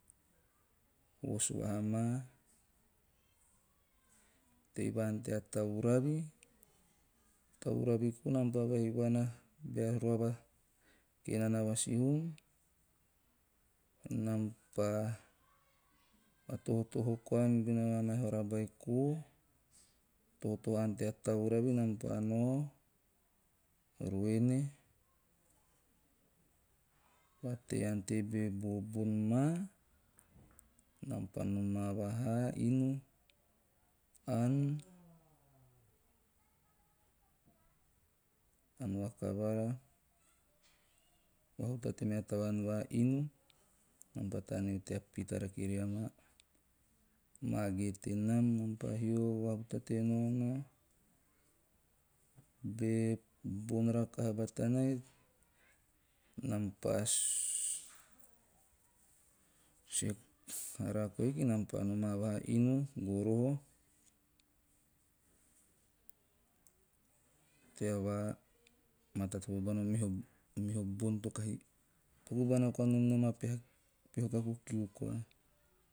Vos vahaa maa, teii va ante a tauravi, tauravi kou nam pa vaihuana bea roava kenena va sihum enam pa vatohotoho koa milbone maa vahara beiko, tohotoho va ante a tauravi nam pa nao ruene, pa tei va ante be bobon maa nam pa nomaa vahaa inu ann, ann vakavara, vahutate mea tavaan va inu nam pa taneo pita rake ria maa mage tenam, nam pa hio vahutate nao. Be bon rakaha batanai, nam pa haraa koa o iki nam pa noma koa, goroho tea matatopo bono meho bon to kahi popo bana koa nom nam o peha kaku kiu koa.